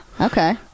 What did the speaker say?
Okay